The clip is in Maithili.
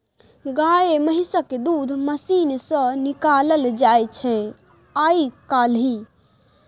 गाए महिषक दूध मशीन सँ निकालल जाइ छै आइ काल्हि